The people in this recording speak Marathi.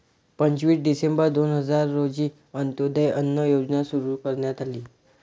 पंचवीस डिसेंबर दोन हजार रोजी अंत्योदय अन्न योजना सुरू करण्यात आली